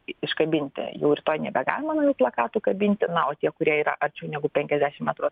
iškabinti jau rytoj nebegalima naujų plakatų kabinti na o tie kurie yra arčiau negu penkiasdešim metrų